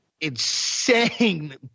insane